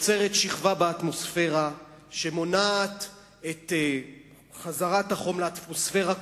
נוצרת שכבה באטמוספירה שמונעת את חזרת החום לאטמוספירה,